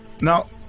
Now